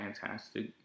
fantastic